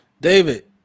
David